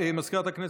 מזכירת הכנסת,